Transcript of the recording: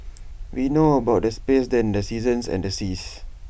we know about the space than the seasons and the seas